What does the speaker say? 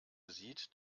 sieht